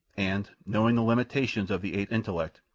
and, knowing the limitations of the ape intellect,